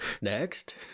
next